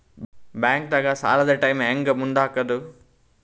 ಬ್ಯಾಂಕ್ದಾಗ ಸಾಲದ ಟೈಮ್ ಹೆಂಗ್ ಮುಂದಾಕದ್?